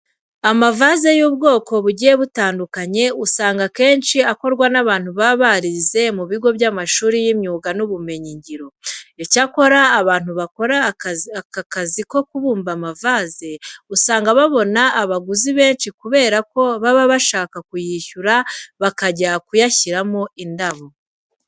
Amavaze y'ubwoko bugiye butandukanye usanga akenshi akorwa n'abantu baba barize mu bigo by'amashuri y'imyuga n'ubumenyingiro. Icyakora abantu bakora aka kazi ko kubumba amavaze usanga babona abaguzi benshi kubera ko baba bashaka kuyishyura bakajya kuyashiramo indabo.